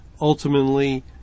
ultimately